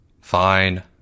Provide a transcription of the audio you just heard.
Fine